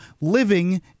living